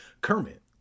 Kermit